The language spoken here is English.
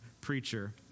preacher